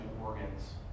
organs